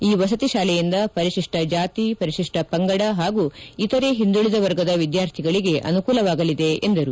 ಈ ವಸತಿ ಶಾಲೆಯಿಂದ ಪರಿಶಿಷ್ಟ ಜಾತಿ ಪರಿಶಿಷ್ಟ ಪಂಗಡ ಹಾಗೂ ಇತರೆ ಹಿಂದುಳಿದ ವರ್ಗದ ವಿದ್ಯಾರ್ಥಿಗಳಿಗೆ ಅನುಕೂಲವಾಗಲಿದೆ ಎಂದರು